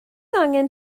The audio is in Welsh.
angen